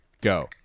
Go